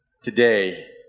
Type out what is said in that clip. today